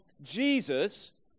Jesus